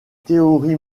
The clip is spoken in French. théories